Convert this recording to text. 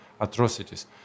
atrocities